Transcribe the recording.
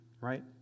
right